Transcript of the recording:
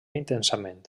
intensament